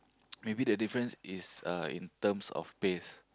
maybe the difference is uh in terms of pace